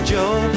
Joe